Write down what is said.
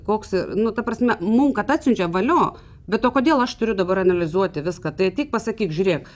koks nu ta prasme mum kad atsiunčia valio bet o kodėl aš turiu dabar analizuoti viską tai ateik pasakyk žiūrėk